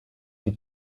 die